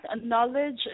knowledge